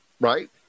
right